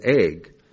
egg